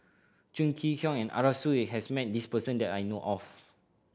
Chong Kee Hiong and Arasu has met this person that I know of